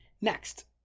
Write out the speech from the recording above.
Next